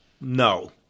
No